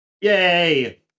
Yay